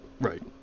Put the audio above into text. right